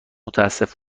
متاسف